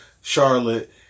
Charlotte